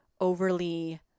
overly